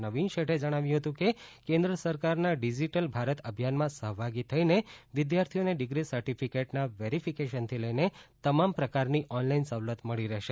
નવીન શેઠે જણાવ્યું હતું કે કેન્દ્ર સરકારના ડિજીટલ ભારત અભિયાનમાં સહભાગી થઈને વિદ્યાર્થીઓને ડિગ્રી સર્ટીફિકેટના વેરીફિકેશન થી લઈને તમામ પ્રકારની ઓનલાઈન સવલત મળી રહશે